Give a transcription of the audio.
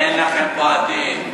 אין לכם פה עתיד.